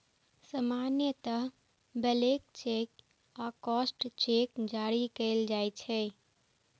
सामान्यतः blank cheque आ crossed cheque जारी कैल जाइ छै